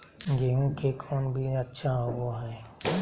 गेंहू के कौन बीज अच्छा होबो हाय?